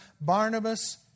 Barnabas